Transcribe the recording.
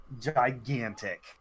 gigantic